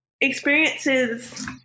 experiences